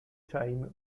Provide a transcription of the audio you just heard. time